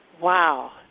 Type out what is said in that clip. Wow